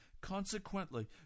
Consequently